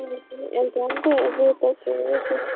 ꯎꯝ ꯎꯝ ꯑꯦꯛꯖꯥꯛ ꯀꯨꯏꯔꯛꯑꯔꯣꯏ ꯇꯧꯊꯣꯛꯎꯔꯁꯤ